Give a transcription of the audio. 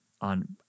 on